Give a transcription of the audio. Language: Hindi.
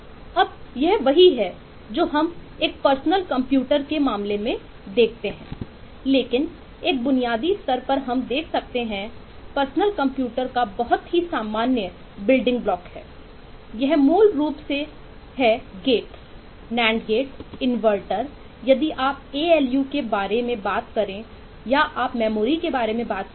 अब यह वही है जो हम एक पर्सनल कंप्यूटर का बहुत ही सामान्य बिल्डिंग ब्लॉक है